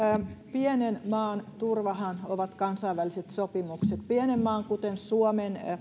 pienen maan turvahan ovat kansainväliset sopimukset pienen maan kuten suomen